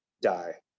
die